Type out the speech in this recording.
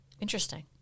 Interesting